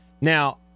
now